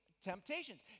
temptations